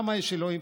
למה יש אלוהים?